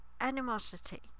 animosity